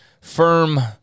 firm